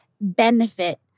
benefit